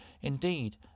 indeed